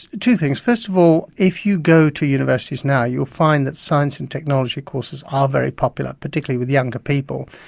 two things. first of all, if you go to universities now you'll find that science and technology courses are very popular, particularly with younger people,